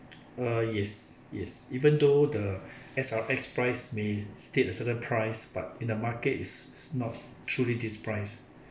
err yes yes even though the S_R_X price may state a certain price but in the market it is not truly this price